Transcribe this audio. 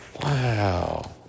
Wow